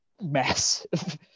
massive